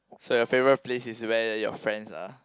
so your favourite place is where where your friends are